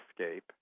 escape